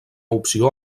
opció